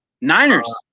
Niners